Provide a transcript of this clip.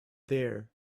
there